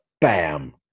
Bam